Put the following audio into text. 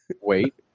Wait